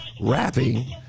rapping